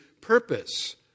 purpose